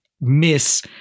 miss